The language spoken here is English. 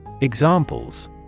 Examples